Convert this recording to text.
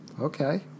Okay